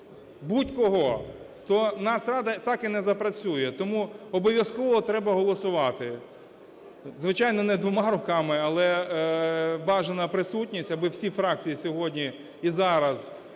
будь-кого, то Нацрада так і не запрацює. Тому обов'язково треба голосувати, звичайно, не двома руками, але бажана присутність, аби всі фракції сьогодні і зараз